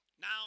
Now